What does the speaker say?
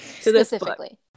specifically